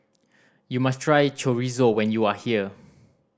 you must try Chorizo when you are here